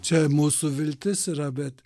čia mūsų viltis yra bet